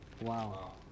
Wow